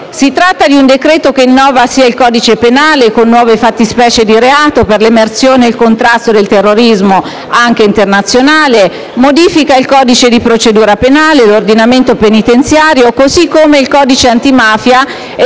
Si tratta di un decreto-legge che innova il codice penale, con nuove fattispecie di reato per l'emersione e il contrasto del terrorismo, anche internazionale, che modifica il codice di procedura penale e l'ordinamento penitenziario, così come il codice antimafia e